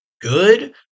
good